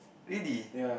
really